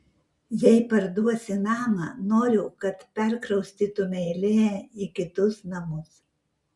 jei parduosi namą noriu kad perkraustytumei lee į kitus namus